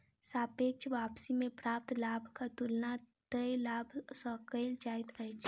सापेक्ष वापसी में प्राप्त लाभक तुलना तय लाभ सॅ कएल जाइत अछि